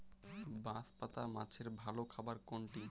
বাঁশপাতা মাছের ভালো খাবার কোনটি?